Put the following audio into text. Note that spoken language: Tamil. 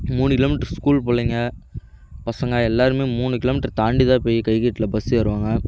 மூணு கிலோமீட்டரு ஸ்கூல் பிள்ளைங்க பசங்க எல்லோருமே மூணு கிலோமீட்டர் தாண்டி தான் போய் கைக்கட்டில் பஸ் ஏறுவாங்க